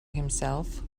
himself